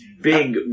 big